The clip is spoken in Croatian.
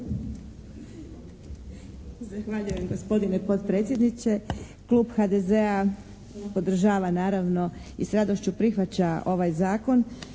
Zahvaljujem gospodine potpredsjedniče. Klub HDZ-a podržava naravno i s radošću prihvaća ovaj zakon